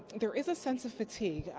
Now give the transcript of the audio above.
there is a sense of fatigue.